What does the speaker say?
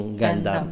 ganda